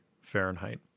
Fahrenheit